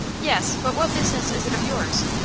yes but what business is it of yours?